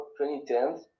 2010